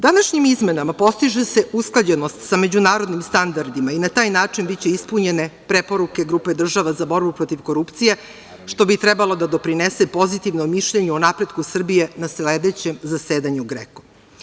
Današnjim izmenama postiže se usklađenost sa međunarodnim standardima i na taj način biće ispunjene preporuke grupe država za borbu protiv korupcije, što bi trebalo da doprinese pozitivnom mišljenju o napretku Srbiju na sledećem zasedanju GREKO.